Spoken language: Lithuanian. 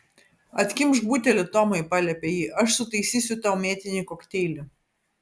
atkimšk butelį tomai paliepė ji aš sutaisysiu tau mėtinį kokteilį